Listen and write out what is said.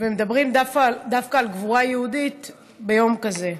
ומדברים דווקא על גבורה יהודית ביום כזה.